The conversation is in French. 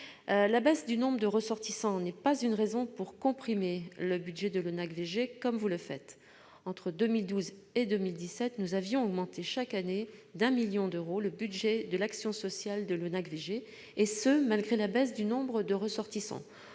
La baisse du nombre de ressortissants n'est pas une raison pour comprimer le budget de l'ONAC-VG comme vous le faites. Entre 2012 et 2017, nous avions augmenté chaque année de 1 million d'euros le budget de l'action sociale de l'ONAC-VG, et ce malgré la baisse du nombre de ressortissants,